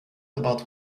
about